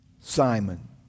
Simon